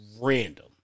random